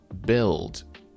build